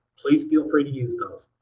please feel free to use those.